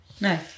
No